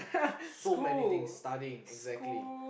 so many things studying exactly